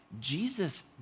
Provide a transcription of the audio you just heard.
Jesus